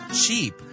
cheap